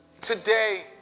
today